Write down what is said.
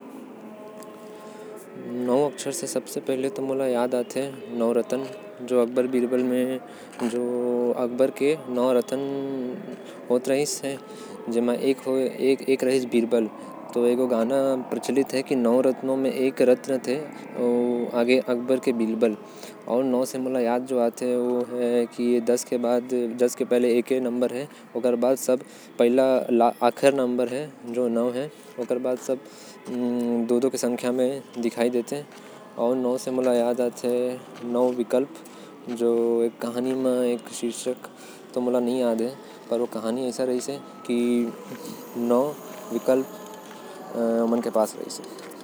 नौ से मोके नवरत्न के याद आथे जो अकबर के रहिन। जेकर में से एक ठो बीरबल रहिस। नौ हर एक संख्या वाला मन म सब्बो बड़का संख्या हवे। अउ कुछ तो संख्या चार से मोके नही याद आएल।